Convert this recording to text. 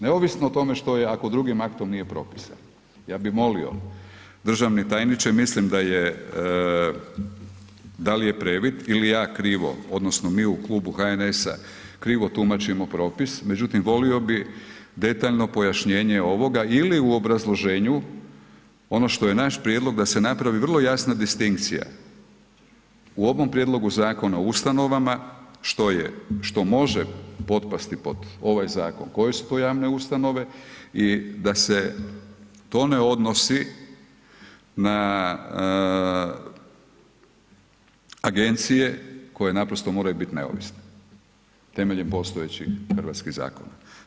Neovisno o tome što je ako drugim aktom nije propisano, ja bi molio državni tajniče, mislim da je dal' je previd ili ja krivo odnosno mi u klubu HNS-a krivo tumačim propis međutim volio bi detaljno pojašnjenje ovoga ili u obrazloženju, ono što je naš prijedlog da se napravi vrlo jasna distinkcija u ovom Prijedlogu Zakona o ustanovama što može potpasti pod ovaj zakon, koje su to javne ustanove i da se to ne odnosi na agencije koje naprosto moraju biti neovisne temeljem postojećih hrvatskih zakona.